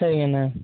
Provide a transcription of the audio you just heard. சரிங்கண்ண